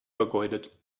vergeudet